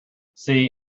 see